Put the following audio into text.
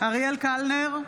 אריאל קלנר,